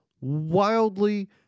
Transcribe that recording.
wildly